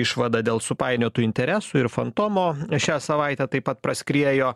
išvada dėl supainiotų interesų ir fantomo šią savaitę taip pat praskriejo